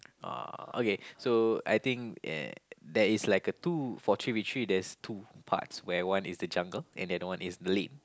uh okay so I think uh there is like a two for three V three there's two parts where one is the jungle and then one is the lane